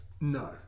No